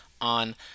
on